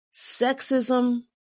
sexism